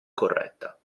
corretta